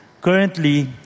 Currently